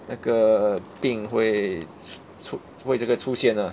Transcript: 那个病会出会这个出现 ah